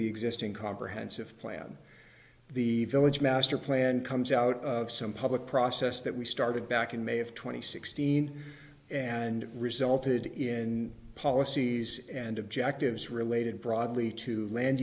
the existing comprehensive plan the village master plan comes out of some public process that we started back in may of two thousand and sixteen and it resulted in policies and objectives related broadly to land